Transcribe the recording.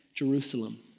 Jerusalem